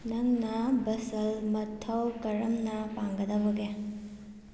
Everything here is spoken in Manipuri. ꯅꯪꯅ ꯕꯁꯜ ꯃꯊꯧ ꯀꯔꯝꯅ ꯄꯥꯡꯒꯗꯕꯒꯦ